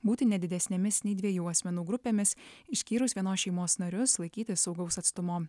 būti ne didesnėmis nei dviejų asmenų grupėmis išskyrus vienos šeimos narius laikytis saugaus atstumo